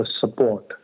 support